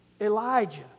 Elijah